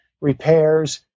repairs